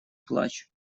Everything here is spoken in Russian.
плачь